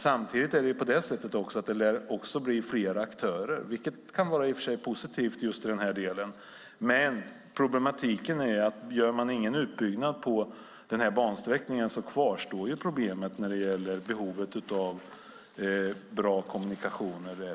Samtidigt lär det bli fler aktörer, vilket i och för sig kan vara positivt just i den här delen. Men om man inte gör någon utbyggnad på den här bansträckningen kvarstår problemet när det gäller behovet av bra kommunikationer.